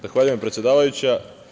Zahvaljujem, predsedavajuća.